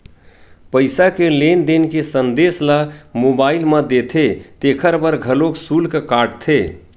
पईसा के लेन देन के संदेस ल मोबईल म देथे तेखर बर घलोक सुल्क काटथे